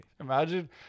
Imagine